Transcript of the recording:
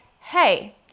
hey